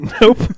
Nope